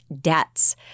debts